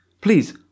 Please